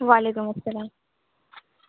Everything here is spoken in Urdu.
وعلیکم السلام